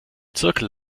zirkel